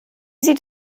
sieht